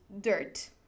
dirt